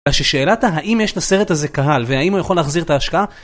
כאשר שאלת האם יש לסרט הזה קהל והאם הוא יכול להחזיר את ההשקעה?